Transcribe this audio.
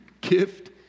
gift